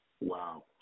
Wow